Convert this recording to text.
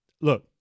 look